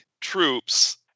troops